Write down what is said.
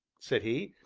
said he,